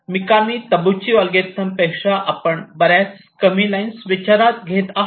Mikami Tabuchi algorithm पेक्षा आपण बर्याच कमी लाईन विचारात घेत आहात